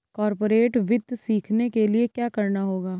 corporate वित्त सीखने के लिया क्या करना होगा